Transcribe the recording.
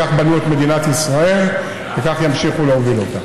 כך בנו את מדינת ישראל, וכך ימשיכו להוביל אותה.